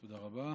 תודה רבה.